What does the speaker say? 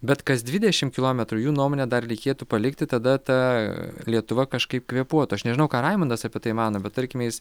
bet kas dvidešim kilometrų jų nuomone dar reikėtų palikti tada ta lietuva kažkaip kvėpuotų aš nežinau ką raimundas apie tai mano bet tarkim jis